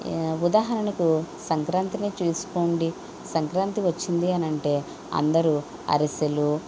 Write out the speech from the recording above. ఉదాహరణకు సంక్రాంతిని తీసుకోండి సంక్రాంతి వచ్చింది అని అంటే అందరు అరిసెలు